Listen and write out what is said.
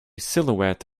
silhouette